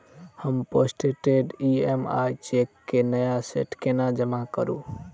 हम postdated EMI cheque केँ नया सेट केना जमा करू?